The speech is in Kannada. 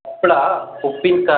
ಹಪ್ಳಾ ಉಪ್ಪಿನ್ಕಾಯಿ